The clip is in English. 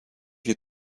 your